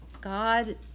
God